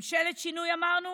ממשלת שינוי אמרנו?